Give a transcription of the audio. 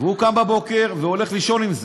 הוא קם בבוקר והולך לישון עם זה.